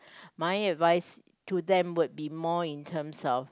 my advice to them would be more in terms of